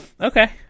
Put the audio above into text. Okay